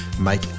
Make